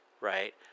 right